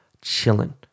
Chilling